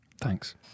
Thanks